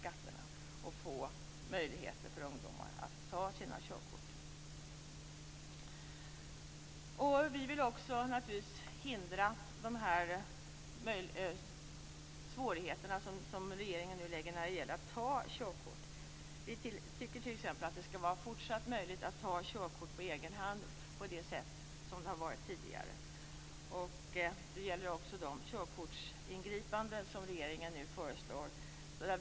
Då får ungdomar möjligheter att ta sina körkort. Vi vill naturligtvis också hindra regeringen från att försvåra för ungdomarna att ta körkort. Vi tycker t.ex. att det skall vara fortsatt möjligt att ta körkort på egen hand på det sätt som har varit möjligt tidigare. Det gäller också de körkortsingripanden som regeringen nu föreslår.